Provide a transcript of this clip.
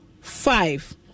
five